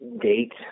date